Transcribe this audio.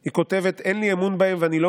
היא כותבת: "אין לי אמון בהם ואני לא